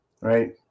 right